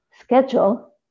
schedule